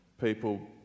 people